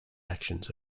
actions